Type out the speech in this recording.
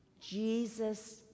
JESUS